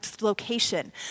location